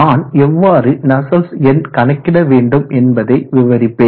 நான் எவ்வாறு நஸ்சல்ட்ஸ் எண் கணக்கிட வேண்டும் என்பதை விவரிப்பேன்